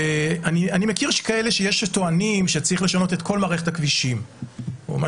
אני מכיר כאלה שטוענים שצריך לשנות את מערכת הכבישים או מה